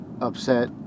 upset